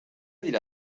dira